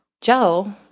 Joe